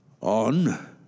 on